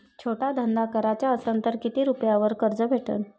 छोटा धंदा कराचा असन तर किती रुप्यावर कर्ज भेटन?